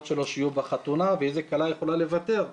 שלו שיהיו בחתונה ואיזה כלה יכולה לוותר?